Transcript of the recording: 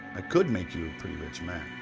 ah could make you a pretty rich man.